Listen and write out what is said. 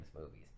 movies